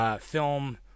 Film